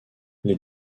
les